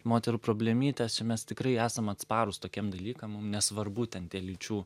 moterų problemytė čia mes tikrai esam atsparūs tokiem dalykam mum nesvarbu ten tie lyčių